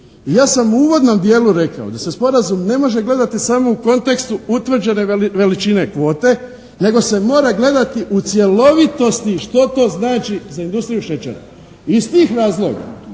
I ja sam u uvodnom dijelu rekao da se sporazum ne može gledati samo u kontekstu utvrđene veličine kvote nego se mora gledati u cjelovitosti što to znači za industriju šećera. Iz tih razloga